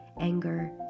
anger